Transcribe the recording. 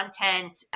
content